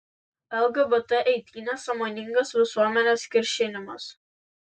lgbt eitynės sąmoningas visuomenės kiršinimas